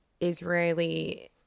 Israeli